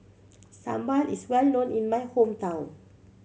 sambal is well known in my hometown